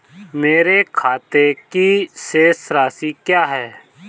मेरे खाते की शेष राशि क्या है?